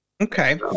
Okay